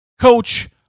coach